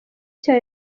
cya